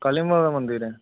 काली माता दा मंदर ऐ